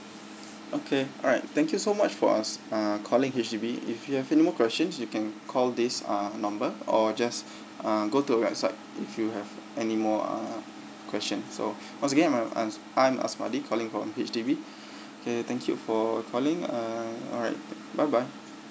okay alright thank you so much for uh uh calling H_D_B if you have any more questions you can call this uh number or just uh go to the website if you have any more uh question so okay once again I'm I'm I'm A S M A D I calling from H_D_B okay thank you for calling uh alright bye bye